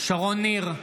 שרון ניר,